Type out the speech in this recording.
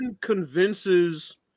convinces